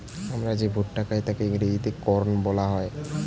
আমরা যে ভুট্টা খাই তাকে ইংরেজিতে কর্ন বলা হয়